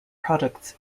products